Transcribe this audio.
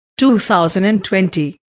2020